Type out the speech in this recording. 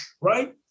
right